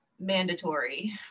mandatory